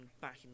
back